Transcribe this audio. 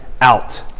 out